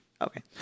Okay